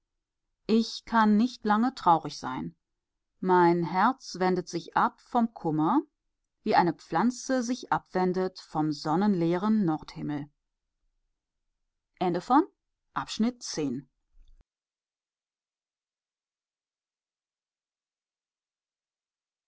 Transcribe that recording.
ich kann nicht lange traurig sein mein herz wendet sich ab vom kummer wie eine pflanze sich abwendet vom sonnenleeren nordhimmel